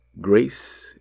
Grace